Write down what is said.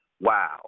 Wow